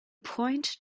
point